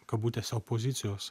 kabutėse opozicijos